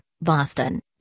Boston